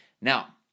Now